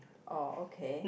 oh okay